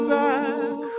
back